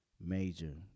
major